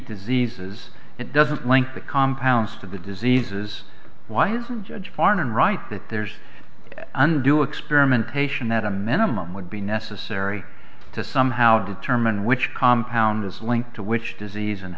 diseases it doesn't link the compounds to the diseases why isn't judge farnan right that there's undue experimentation at a minimum would be necessary to somehow determine which compound is linked to which disease and